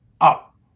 up